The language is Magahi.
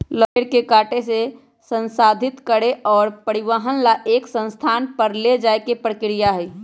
लॉगिंग पेड़ के काटे से, संसाधित करे और परिवहन ला एक स्थान पर ले जाये के प्रक्रिया हई